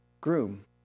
groom